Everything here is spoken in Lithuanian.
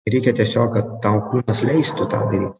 reikia tiesiog kad tau kūnas leistų tą daryt